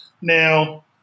now